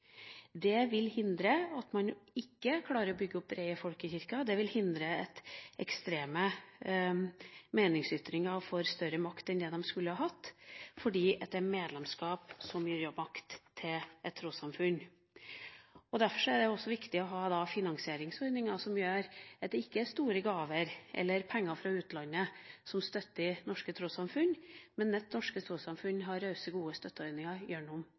Det vil hindre at man ikke klarer å bygge opp den brede folkekirka, og det vil hindre at ekstreme meningsytringer får større makt enn det de skulle hatt, fordi det er medlemskap som gir makt til et trossamfunn. Derfor er det også viktig å ha finansieringsordninger som gjør at det ikke er store gaver eller penger fra utlandet som støtter norske trossamfunn, men at norske trossamfunn har rause, gode støtteordninger gjennom